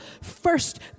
first